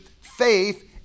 faith